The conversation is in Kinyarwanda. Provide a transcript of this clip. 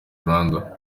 rwanda